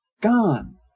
Gone